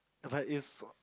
but is